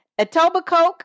Etobicoke